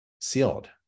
sealed